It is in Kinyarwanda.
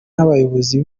n’abayobozi